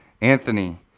Anthony